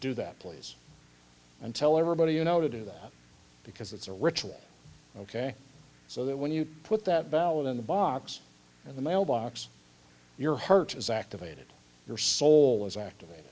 do that please and tell everybody you know to do that because it's a ritual ok so that when you put that ballot in the box in the mail box your heart is activated your soul is act